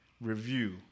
review